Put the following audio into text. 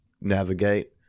navigate